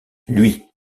lui